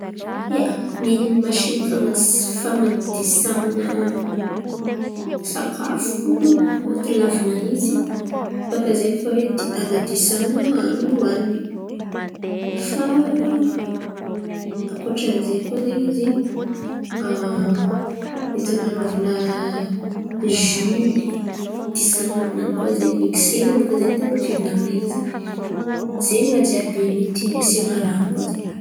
Ia, masiny fan̈adisan̈ana sakofo antony hilavan̈a izy baka zen̈y fa hoe an̈adisan̈ana hanin̈y ankoatran’izen̈y koa mety an̈anovana Zỳ disan̈iny aminany koa ze mikisen̈a baka zen̈y tain̈a ny fivolan̈ana izy ze raha jiàby mety asiana ran̈o koa zen̈y.